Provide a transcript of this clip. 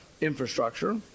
infrastructure